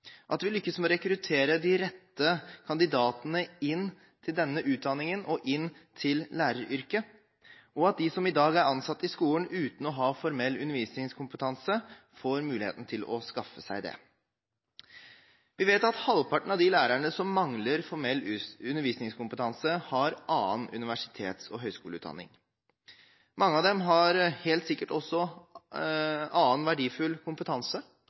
at vi lykkes med å rekruttere de rette kandidatene inn til denne utdanningen og inn til læreryrket, og at de som i dag er ansatt i skolen uten å ha formell undervisningskompetanse, får muligheten til å skaffe seg det. Vi vet at halvparten av de lærerne som mangler formell undervisningskompetanse, har annen universitets- og høgskoleutdanning. Mange av dem har helt sikkert også annen verdifull kompetanse